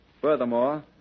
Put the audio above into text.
Furthermore